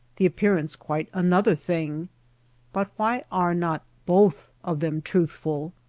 the appearance quite another thing but why are not both of them truthful?